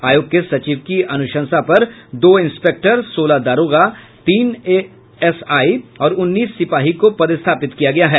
आयोग के सचिव की अनुशंसा पर दो इंस्पेक्टर सोलह दारोगा तीन एएसआई और उन्नीस सिपाही को पदस्थापित किया गया है